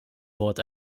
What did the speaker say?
wort